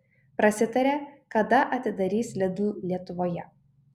prasitarė kada atidarys lidl lietuvoje